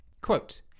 Quote